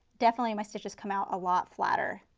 definitely my stitches come out a lot flatter.